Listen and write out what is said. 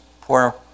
poor